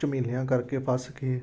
ਝੁਮੇਲਿਆਂ ਕਰਕੇ ਫਸ ਕੇ